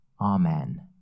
Amen